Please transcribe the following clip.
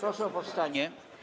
Proszę o powstanie.